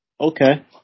Okay